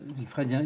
the french? yeah